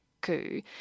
coup